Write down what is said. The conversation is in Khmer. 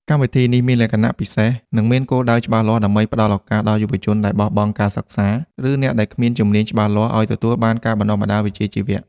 កម្មវិធីនេះមានលក្ខណៈពិសេស និងមានគោលដៅច្បាស់លាស់ដើម្បីផ្តល់ឱកាសដល់យុវជនដែលបោះបង់ការសិក្សា ឬអ្នកដែលគ្មានជំនាញច្បាស់លាស់ឱ្យទទួលបានការបណ្តុះបណ្តាលវិជ្ជាជីវៈ។